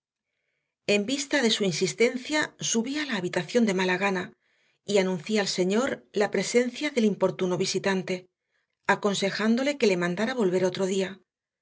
en vista de su insistencia subí a la habitación de mala gana y anuncié al señor la presencia del importuno visitante aconsejándole que le mandara volver otro día